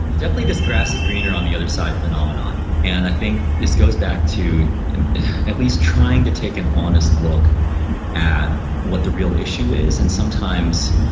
definitely this grass is greener on the other side phenomenon. and i think this goes back to at least trying to take an honest look at what the real issue is. and sometimes,